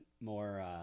more